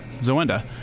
Zoenda